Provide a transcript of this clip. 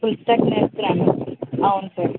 full stack నేర్చుకున్నాను అవును sir